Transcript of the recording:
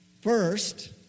First